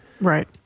Right